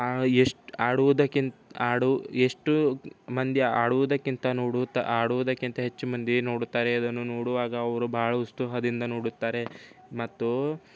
ಎಷ್ಟು ಆಡೋದಕ್ಕಿಂತ ಆಡು ಎಷ್ಟು ಮಂದಿ ಆಡೋದಕ್ಕಿಂತನೂ ನೋಡು ಆಡುದಕ್ಕಿಂತ ಹೆಚ್ಚು ಮಂದಿ ನೋಡುತ್ತಾರೆ ಇದನ್ನು ನೋಡುವಾಗ ಅವರು ಬಹಳ ಉತ್ಸಾಹದಿಂದ ನೋಡುತ್ತಾರೆ ಮತ್ತು